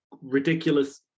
ridiculous